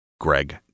Greg